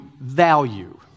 value